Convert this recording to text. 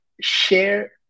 share